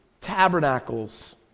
tabernacles